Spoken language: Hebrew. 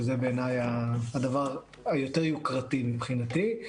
שזה בעיניי הדבר היותר יוקרתי מבחינתי.